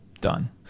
Done